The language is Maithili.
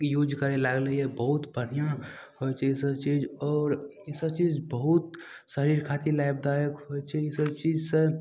यूज करय लागलय या बहुत बढ़िआँ होइ छै ईसब चीज आओर ईसब चीज बहुत शरीर खातिर लाभदायक होइ छै ईसब चीजसँ